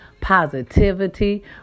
positivity